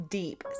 deep